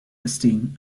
esteem